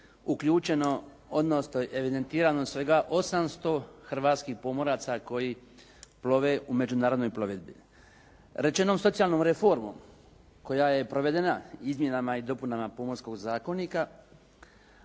uključeno, odnosno evidentirano svega 800 hrvatskih pomoraca koji plove u međunarodnoj plovidbi. Rečenom socijalnom reformom koja je provedena izmjenama i dopunama Pomorskog zakonika,